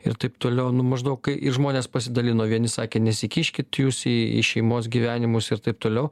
ir taip toliau nu maždaug kai ir žmonės pasidalino vieni sakė nesikiškit jūs į į šeimos gyvenimus ir taip toliau